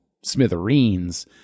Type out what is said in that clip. smithereens